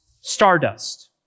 stardust